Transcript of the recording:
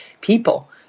people